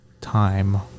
time